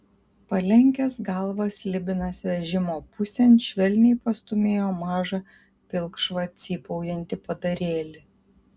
palenkęs galvą slibinas vežimo pusėn švelniai pastūmėjo mažą pilkšvą cypaujantį padarėlį